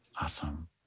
awesome